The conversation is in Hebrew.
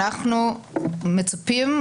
אנחנו מצפים,